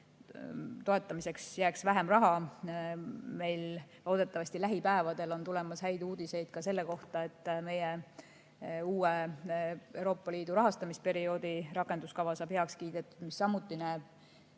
toetamiseks jääks vähem raha. Meil loodetavasti lähipäevadel on tulemas häid uudiseid ka selle kohta, et meie uue Euroopa Liidu rahastamisperioodi rakenduskava saab heaks kiidetud, mis samuti päris